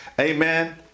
amen